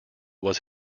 was